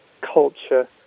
culture